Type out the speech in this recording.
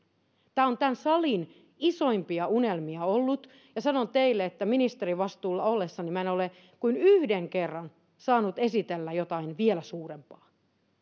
tämä on tämän salin isoimpia unelmia ollut ja sanon teille että ministerivastuulla ollessani minä en ole kuin yhden kerran saanut esitellä jotain vielä suurempaa